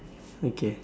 okay